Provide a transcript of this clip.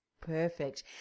perfect